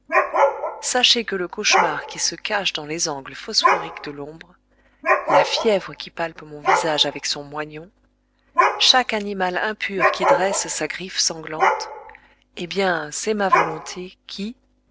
sachez que le cauchemar qui se cache dans les angles phosphoriques de l'ombre la fièvre qui palpe mon visage avec son moignon chaque animal impur qui dresse sa griffe sanglante eh bien c'est ma volonté qui